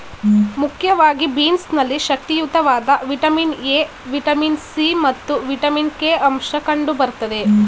ಮುಖ್ಯವಾಗಿ ಬೀನ್ಸ್ ನಲ್ಲಿ ಶಕ್ತಿಯುತವಾದ ವಿಟಮಿನ್ ಎ, ವಿಟಮಿನ್ ಸಿ ಮತ್ತು ವಿಟಮಿನ್ ಕೆ ಅಂಶ ಕಂಡು ಬರ್ತದೆ